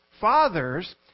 Fathers